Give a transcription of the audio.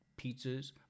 pizzas